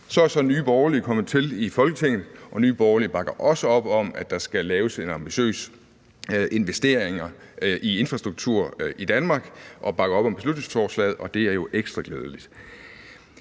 Så er Nye Borgerlige kommet til i Folketinget, og Nye Borgerlige bakker også op om, at der skal laves ambitiøse investeringer i infrastruktur i Danmark, og bakker op om beslutningsforslaget, og det er jo ekstra glædeligt.